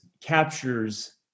captures